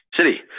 city